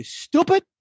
stupid